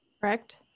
correct